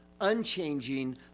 unchanging